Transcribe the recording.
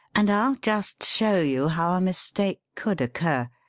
and i'll just show you how a mistake could occur,